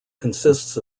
consists